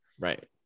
right